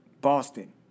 Boston